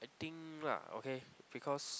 I think lah okay because